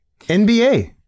nba